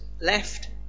left